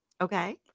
Okay